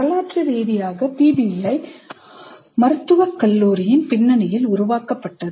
வரலாற்று ரீதியாக PBI மருத்துவக் கல்வியின் பின்னணியில் உருவாக்கப்பட்டது